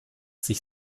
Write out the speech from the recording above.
sich